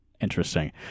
interesting